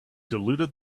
diluted